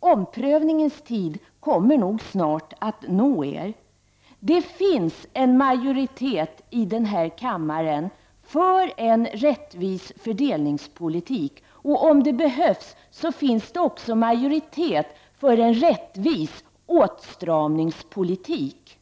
Omprövningens tid kommer nog snart att nå socialdemokraterna. Det finns en majoritet i den här kammaren för en rättvis fördelningspolitik, och om det behövs finns det också en majoritet för en rättvis åtstramningspolitik.